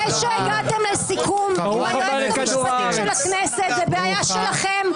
זה שהגעתם לסיכום עם היועצת המשפטית של הכנסת זאת בעיה שלכם.